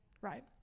right